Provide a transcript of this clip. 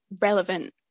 relevant